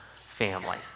family